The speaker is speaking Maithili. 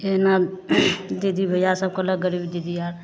हे नल दीदी भैया सब कहलक गरीब जीजीया